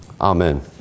Amen